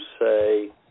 say